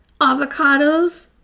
avocados